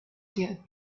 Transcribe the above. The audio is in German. der